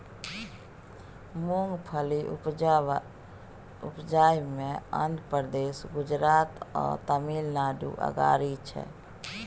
मूंगफली उपजाबइ मे आंध्र प्रदेश, गुजरात आ तमिलनाडु अगारी छै